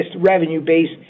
revenue-based